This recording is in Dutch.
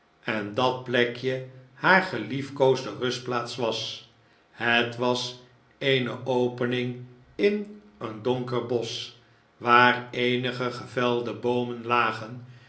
en dat plekje hare geliefkoosde rustplaats was het was eene opening in een donker bosch waar eenige geyelde boomen lagen